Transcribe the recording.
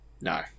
No